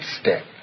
step